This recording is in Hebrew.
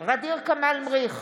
ע'דיר כמאל מריח,